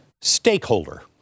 stakeholder